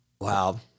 wow